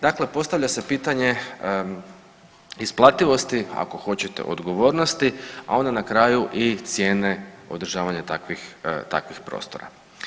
Dakle, postavlja se pitanje isplativosti ako hoćete odgovornosti, a onda na kraju i cijene održavanja takvih prostora.